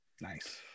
Nice